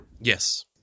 Yes